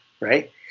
right